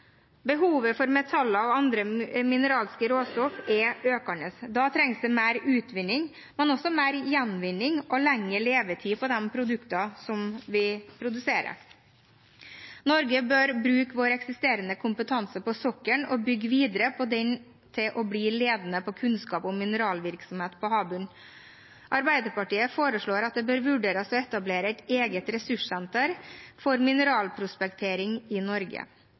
Behovet for metaller og andre mineralske råstoff er økende. Da trengs det mer utvinning, men også mer gjenvinning og lengre levetid på de produktene som vi produserer. Norge bør bruke vår eksisterende kompetanse på sokkelen og bygge videre på den for å bli ledende på kunnskap om mineralvirksomhet på havbunnen. Arbeiderpartiet foreslår at det bør vurderes å etablere et eget ressurssenter for mineralprospektering i Norge.